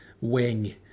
wing